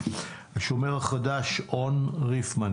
כאשר הנתונים הדרמטיים הם שמכל המשיבים,